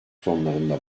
sonlarında